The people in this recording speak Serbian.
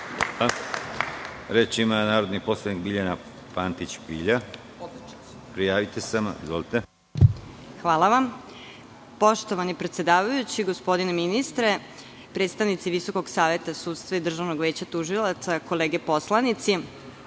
ima narodni poslanik Biljana Pantić Pilja. Izvolite. **Biljana Pantić Pilja** Hvala vam. Poštovani predsedavajući, gospodine ministre, predstavnici Visokog saveta sudstva i Državnog veća tužilaca, kolege poslanici,